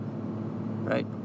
Right